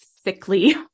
thickly